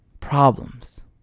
problems